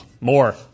more